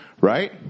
right